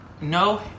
no